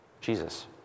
Jesus